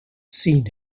seen